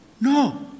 No